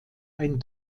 ein